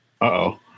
Uh-oh